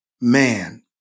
Man